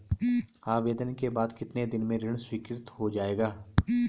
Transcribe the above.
आवेदन के बाद कितने दिन में ऋण स्वीकृत हो जाएगा?